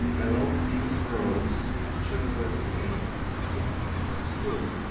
along these roads children came singing from school,